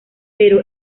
pero